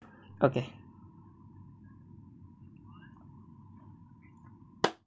okay